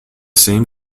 same